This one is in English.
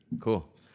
cool